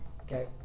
Okay